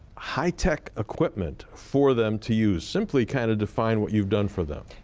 high tech equipment for them to use. simply kind of define what you've done for them.